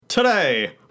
Today